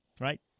Right